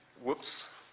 whoops